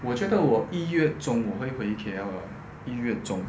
我觉得我一月中我会回 K_L 了一月中